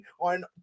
on